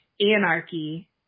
anarchy